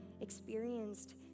experienced